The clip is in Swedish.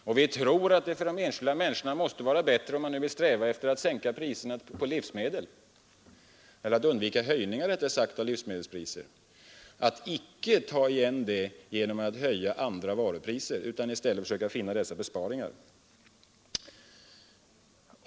Om man nu vill undvika höjningar av livsmedelspriserna tror vi att det för de enskilda människorna måste vara bättre att icke ta igen detta genom att höja priserna på andra varor utan att i stället finna besparingar.